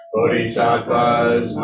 Bodhisattvas